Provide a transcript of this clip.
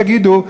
ושלא יגידו,